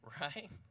right